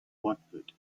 watford